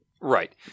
Right